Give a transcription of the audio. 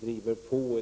driver på.